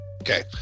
Okay